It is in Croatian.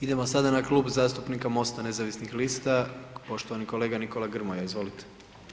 Idemo sada na Klub zastupnika Mosta nezavisnih lista, poštovani kolega Nikola Grmoja, izvolite.